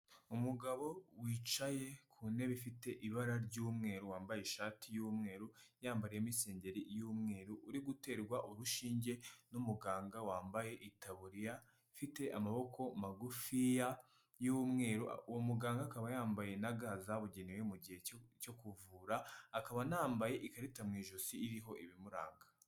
Umugabo wicaye ku ntebe ifite ibara ry'umweru wambaye ishati y'umweru, yambariyemo isengeri y'umweru, uriguterwa urushinge n'umuganga wambaye itaburiya ifite amaboko magufiya y'umweru. Uwo muganga akaba yambaye na ga zabugenewe mu gihe cyo kuvura, akaba anambaye ikarita mu ijosi iriho ibimuranga.